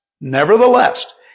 nevertheless